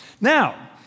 Now